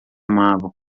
amavam